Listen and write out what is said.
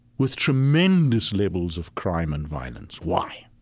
with tremendous levels of crime and violence. why?